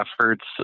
efforts